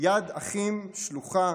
יד אחים שלוחה